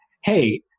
hey